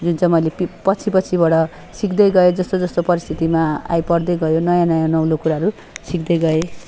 जुन चाहिँ मैले पछिपछिबाट सिक्दै गएँ जस्तो जस्तो परिस्थितिमा आइपर्दै गयो नयाँ नयाँ नौलो कुराहरू सिक्दै गएँ